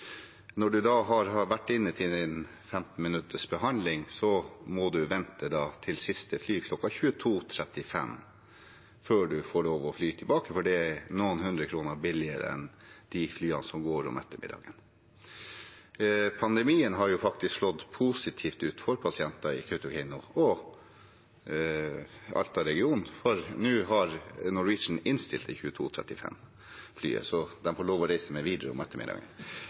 Når man da har vært inne til sin 15 minutters behandling, må man vente til siste fly, kl. 22.35, før man får lov til å fly tilbake, for det er noen hundre kroner billigere enn de flyene som går om ettermiddagen. Pandemien har faktisk slått positivt ut for pasientene i Kautokeino og Alta-regionen, for nå har Norwegian innstilt flyet kl. 22.35, så de får lov til å reise med